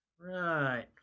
Right